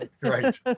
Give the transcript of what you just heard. Right